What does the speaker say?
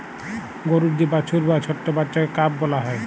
গরুর যে বাছুর বা ছট্ট বাচ্চাকে কাফ ব্যলা হ্যয়